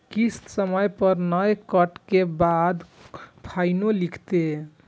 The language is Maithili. किस्त समय पर नय कटै के बाद फाइनो लिखते?